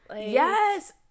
Yes